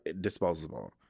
disposable